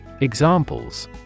Examples